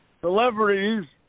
Celebrities